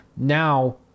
Now